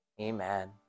Amen